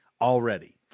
already